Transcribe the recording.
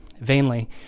vainly